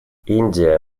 индия